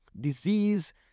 disease